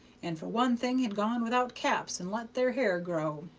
and for one thing had gone without caps and let their hair grow.